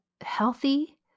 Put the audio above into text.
healthy